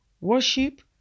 worship